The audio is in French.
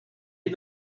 est